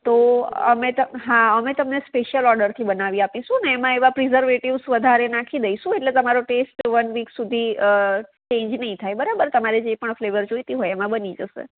તો અમે તમ હા અમે તમને સ્પેશિયલ ઓર્ડરથી બનાવી આપીશું ને એમાં પ્રિસરવેટિસ વધારે નાંખી દઇશું એટલે તમારો ટેસ્ટ વન વીક સુધી ચેંજ નહીં થાય બરાબર તમારે જે પણ ફ્લેવર જોઈતી હોય એમાં બની જશે